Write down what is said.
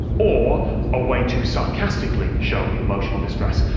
or a way to sarcastically show emotional distress.